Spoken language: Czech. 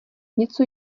něco